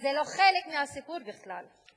זה לא חלק מהסיפור בכלל.